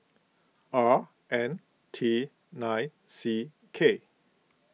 R N T nine C K